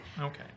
Okay